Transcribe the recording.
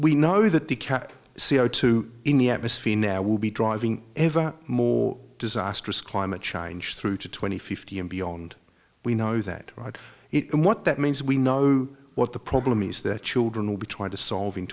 we know that the cat c o two in the atmosphere now will be driving ever more disastrous climate change through to twenty fifty and beyond we know that right it what that means we know what the problem is that children will be trying to solving